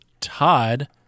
Todd